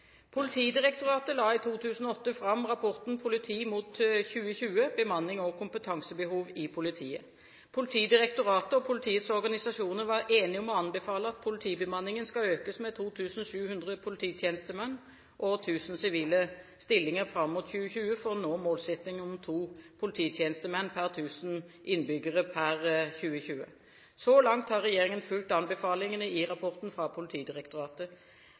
Politidirektoratet la i 2008 fram rapporten Politiet mot 2020 – Bemannings- og kompetansebehov i politiet. Politidirektoratet og politiets organisasjoner var enige om å anbefale at politibemanningen skulle økes med 2 700 polititjenestemenn og 1 000 sivile stillinger fram mot 2020 for å nå målsettingen om to polititjenestemenn per 1 000 innbyggere per 2020. Så langt har regjeringen fulgt anbefalingene i rapporten fra Politidirektoratet.